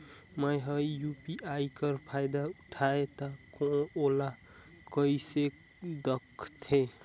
मैं ह यू.पी.आई कर फायदा उठाहा ता ओला कइसे दखथे?